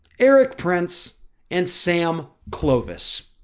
eric prince and sam clovis,